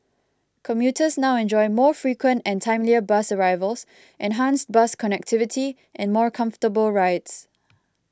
commuters now enjoy more frequent and timelier bus arrivals enhanced bus connectivity and more comfortable rides